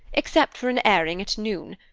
except for an airing at noon.